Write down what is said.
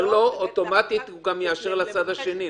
אוטומטית הוא גם יאשר לצד השני.